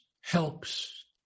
helps